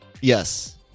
yes